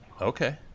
Okay